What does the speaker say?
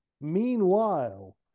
Meanwhile